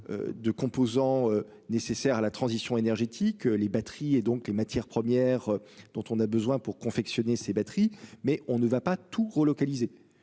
De composants nécessaires à la transition énergétique. Que les batteries et donc les matières premières dont on a besoin pour confectionner ses batteries mais on ne va pas tout relocaliser